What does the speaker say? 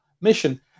mission